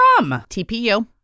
TPU